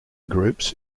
groups